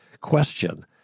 question